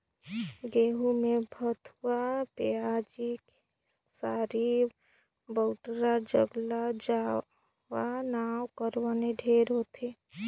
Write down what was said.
गहूँ में भथुवा, पियाजी, खेकसारी, बउटरी, ज्रगला जावा नांव कर बन ढेरे होथे